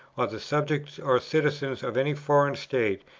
or the subjects or citizens of any foreign state,